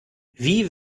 wie